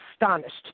astonished